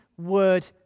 word